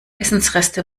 essensreste